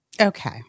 Okay